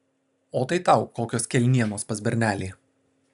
o tai tau kokios kelnienos pas bernelį